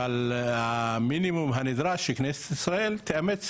אבל המינימום הנדרש הוא שכנסת ישראל תאמץ